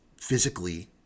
physically